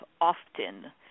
often